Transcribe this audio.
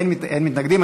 אין מתנגדים.